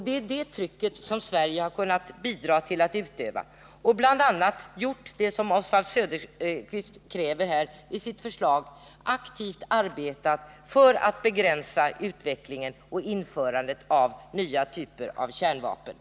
Det är det trycket som Sverige har bidragit till att utöva och bl.a. gjort det som Oswald Söderqvist kräver i sitt förslag, nämligen aktivt arbetat för att begränsa utvecklingen och införandet av nya typer av kärnvapen.